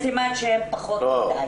זה סימן שהם פחות מדי.